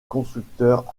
constructeur